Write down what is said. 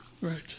right